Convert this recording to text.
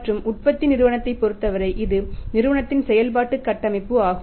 மற்றும் உற்பத்தி நிறுவனத்தை பொருத்தவரை இது நிறுவனத்தின் செயல்பாட்டு கட்டமைப்பு ஆகும்